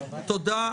תודה.